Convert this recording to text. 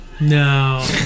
No